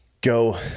go